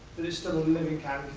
it is still a living town.